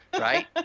right